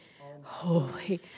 holy